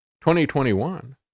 2021